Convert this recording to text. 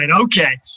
Okay